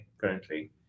currently